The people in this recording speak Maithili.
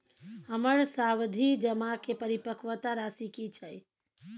हमर सावधि जमा के परिपक्वता राशि की छै?